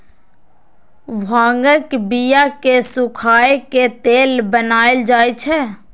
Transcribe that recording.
भांगक बिया कें सुखाए के तेल बनाएल जाइ छै